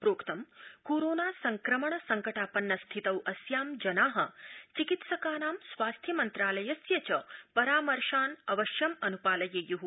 प्रोक्तं कोरोना संक्रमण संकटान्नस्थितौ अस्यां जना चिकित्सकानां स्वास्थ्यमन्त्रालयस्य च परामर्शान् अवश्यं अनुपालयेय्ः